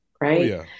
right